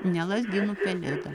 ne lazdynų pelėda